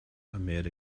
amid